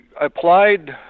applied